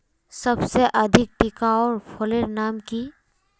सबसे अधिक टिकाऊ फसलेर नाम की?